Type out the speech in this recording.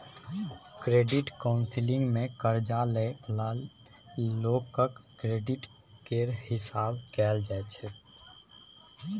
credit counselling मे कर्जा लइ बला लोकक क्रेडिट केर हिसाब कएल जाइ छै